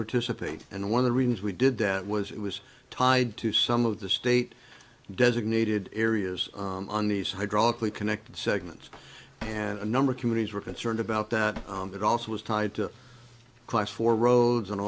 participate and one of the reasons we did that was it was tied to some of the state designated areas on these hydraulically connected segments and a number of communities were concerned about that and it also was tied to class for roads and a